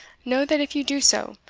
know, that if you do so,